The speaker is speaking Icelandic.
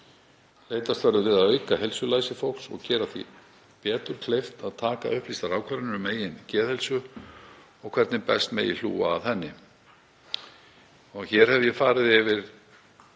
Leitast verður við að auka heilsulæsi fólks og gera því betur kleift að taka upplýstar ákvarðanir um eigin geðheilsu og hvernig best megi hlúa að henni. Hér hef ég farið yfir